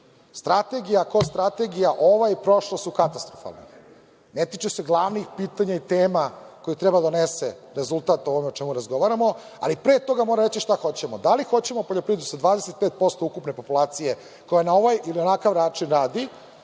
Strategija ko strategija, ova i prošla su katastrofalne. Ne tiču se glavnih pitanja i tema koje treba da donese rezultat ovome o čemu razgovaramo. Ali, pre toga moramo reći šta hoćemo, da li hoćemo poljoprivredu sa 25% ukupne populacije, koja na ovaj ili onakav način radi,